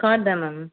card தான் ma'am